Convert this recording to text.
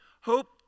Hope